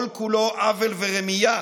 כל-כולו עוול ורמייה.